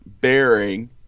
bearing